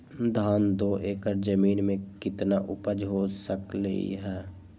धान दो एकर जमीन में कितना उपज हो सकलेय ह?